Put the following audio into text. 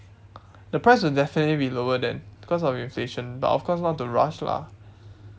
the price will definitely be lower then because of inflation but of course not to rush lah